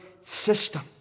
system